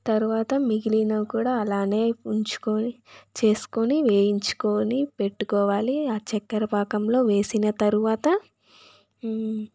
తర్వాత మిగిలినవి కూడా అలానే ఉంచుకొని చేసుకొని వేయించుకుని పెట్టుకొవాలి ఆ చక్కర పాకంలో వేసిన తర్వాత